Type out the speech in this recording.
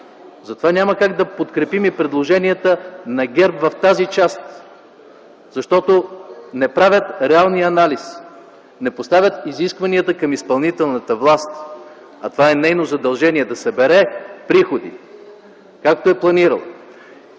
Затова няма как да подкрепим и предложенията на ГЕРБ в тази част, защото не правят реален анализ, не поставят изискванията към изпълнителната власт, а това е нейно задължение – да събира приходи, както е планирала.